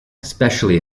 especially